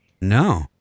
No